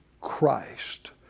Christ